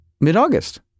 mid-August